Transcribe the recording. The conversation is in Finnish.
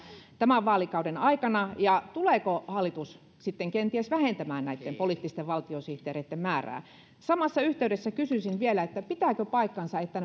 tämän vaalikauden aikana ja tuleeko hallitus sitten kenties vähentämään näitten poliittisten valtiosihteereitten määrää samassa yhteydessä kysyisin vielä pitääkö paikkansa että